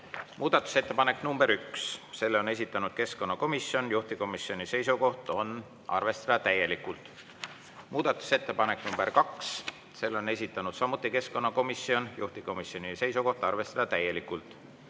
Muudatusettepanek nr 1, selle on esitanud keskkonnakomisjon, juhtivkomisjoni seisukoht on arvestada täielikult. Muudatusettepanek nr 2, selle on esitanud samuti keskkonnakomisjon, juhtivkomisjoni seisukoht on arvestada täielikult.